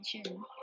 attention